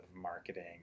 marketing